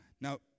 Now